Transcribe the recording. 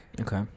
Okay